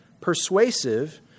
persuasive